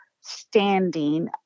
standing